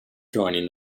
joining